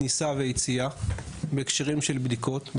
כניסה ויציאה בהקשרים של בדיקות,